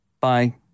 Bye